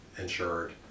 insured